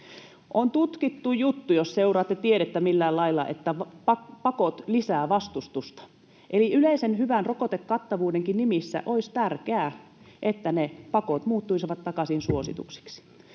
On tutkittu juttu, jos seuraatte tiedettä millään lailla, että pakot lisäävät vastustusta. Eli yleisen hyvän rokotekattavuudenkin nimissä olisi tärkeää, että ne pakot muuttuisivat takaisin suosituksiksi.